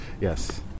Yes